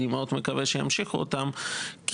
ואני מאוד מקווה שימשיכו אותם.